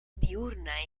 diurna